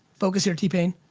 focus here t-pain.